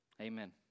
amen